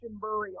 burial